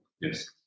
Yes